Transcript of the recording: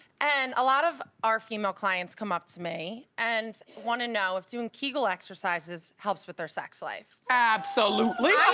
and a lot of our female clients come up to me, and wanna if know if doing kegel exercises helps with their sex life? absolutely.